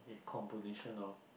combination of